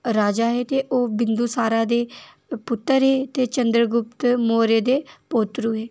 राजा हे ते ओह् बिदूंसारा दे पुत्तर हे ते चंद्रगुप्त मौर्य दे पोत्तरु है